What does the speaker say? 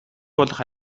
болох